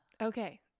Okay